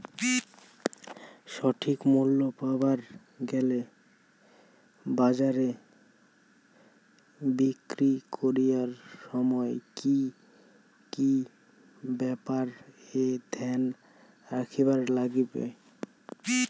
সঠিক মূল্য পাবার গেলে বাজারে বিক্রি করিবার সময় কি কি ব্যাপার এ ধ্যান রাখিবার লাগবে?